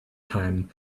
time